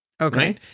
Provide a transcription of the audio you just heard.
Okay